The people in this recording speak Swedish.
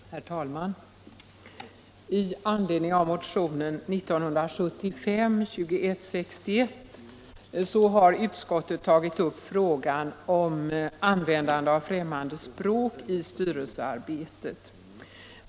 Herr talman! I anledning av motionen 1975:2161 har utskottet tagit upp frågan om användande av främmande språk i styrelsearbetet.